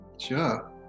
Sure